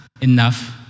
enough